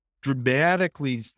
dramatically